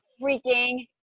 freaking